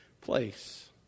place